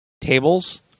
tables